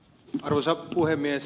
arvoisa puhemies